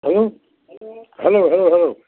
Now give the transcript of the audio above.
hello hello hello hello